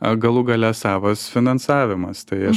ar galų gale savas finansavimas tai aš